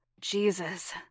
Jesus